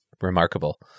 remarkable